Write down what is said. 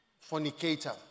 fornicator